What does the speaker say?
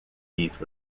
these